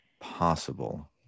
possible